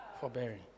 Forbearing